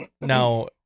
now